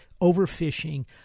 overfishing